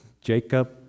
Jacob